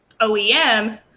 OEM